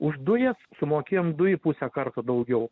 už dujas sumokėjom du į pusę karto daugiau